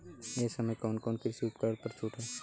ए समय कवन कवन कृषि उपकरण पर छूट ह?